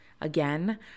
Again